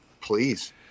Please